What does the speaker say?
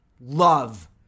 love